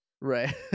Right